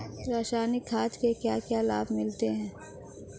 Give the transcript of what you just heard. रसायनिक खाद के क्या क्या लाभ मिलते हैं?